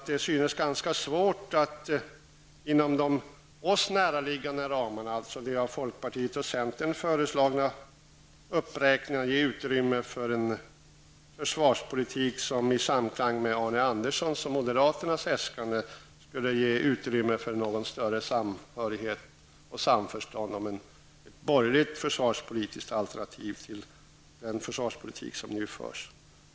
Det synes ganska svårt inom de för oss näraliggande ramarna, dvs. de av folkpartiet och centern föreslagna uppräkningarna, att ge utrymme för en försvarspolitik som i samklang med Arne Andersson i Ljungs och moderaternas äskande skulle ge utrymme för någon större samhörighet och samförstånd om ett borgerligt försvarspolitiskt alternativ till den försvarspolitik som nu förs.